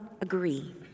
agree